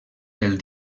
del